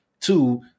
Two